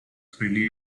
freely